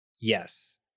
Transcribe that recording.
Yes